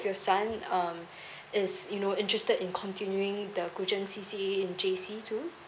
your son um is you know interested in continuing the C_C_A too in J_C too